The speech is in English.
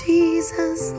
Jesus